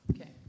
Okay